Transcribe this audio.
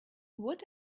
what